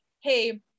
hey